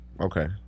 okay